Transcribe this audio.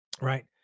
Right